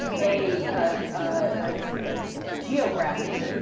a, ah geography,